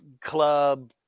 club